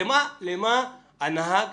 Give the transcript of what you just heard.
למה הנהג